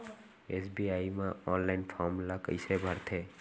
SBI म online form ल कइसे भरथे?